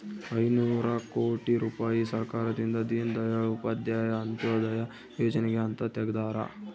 ಐನೂರ ಕೋಟಿ ರುಪಾಯಿ ಸರ್ಕಾರದಿಂದ ದೀನ್ ದಯಾಳ್ ಉಪಾಧ್ಯಾಯ ಅಂತ್ಯೋದಯ ಯೋಜನೆಗೆ ಅಂತ ತೆಗ್ದಾರ